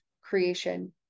creation